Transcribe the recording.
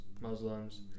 Muslims